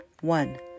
One